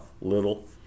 Little